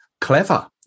clever